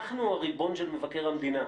אנחנו הריבון של מבקר המדינה,